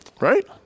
right